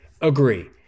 Agree